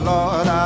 Lord